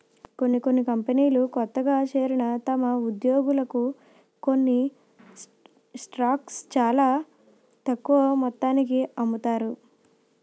కొన్ని కంపెనీలు కొత్తగా చేరిన తమ ఉద్యోగులకు కొన్ని స్టాక్స్ చాలా తక్కువ మొత్తానికి అమ్ముతారు